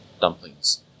dumplings